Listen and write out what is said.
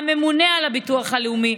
הממונה על הביטוח הלאומי,